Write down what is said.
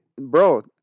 bro